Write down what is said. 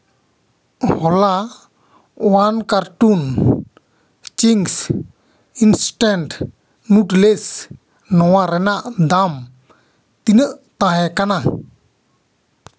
ᱦᱚᱞᱟ one carton Ching's instant noodles ᱱᱚᱣᱟ ᱨᱮᱱᱟᱜ ᱫᱟᱢ ᱛᱤᱱᱟᱹᱜ ᱛᱟᱦᱮᱸ ᱠᱟᱱᱟ